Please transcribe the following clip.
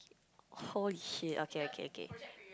holy shit okay okay okay